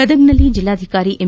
ಗದಗದಲ್ಲಿ ಜಿಲ್ಲಾಧಿಕಾರಿ ಎಂ